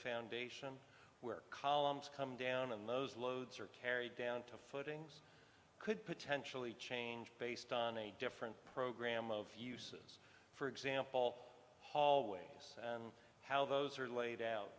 foundation where columns come down and those loads are carried down to footings could potentially change based on a different program of use for example hallways and how those are laid out